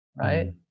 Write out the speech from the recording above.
right